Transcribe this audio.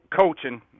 coaching